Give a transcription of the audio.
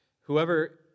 Whoever